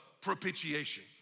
propitiation